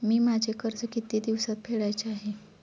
मी माझे कर्ज किती दिवसांत फेडायचे आहे?